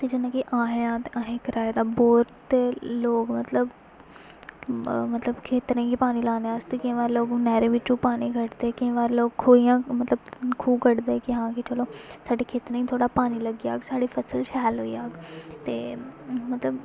ते जि'यां कि असें आं ते असें कराए दा बोर ते लोक मतलब मतलब खेत्तरें गी पानी लाने आस्तै केईं बार लोग नैह्रे बिचू पानी कड्ढदे केईं बार लोक खूहियां मतलब खूह् कड्ढदे कि हां कि चलो साढ़े खेत्तरें गी थोह्ड़ा पानी लग्गी जाह्ग साढ़ी फसल शैल होई जाह्ग ते मतलब